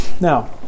Now